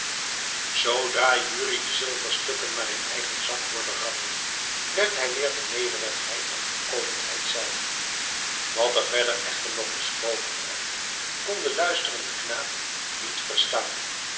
zoodra jurrie de zilverstukken maar in eigen zak hoorde rammelen werd hij weer de nederigheid en voorkomendheid zelve wat er verder echter nog besproken werd kon de luisterende knaap niet verstaan